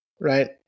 right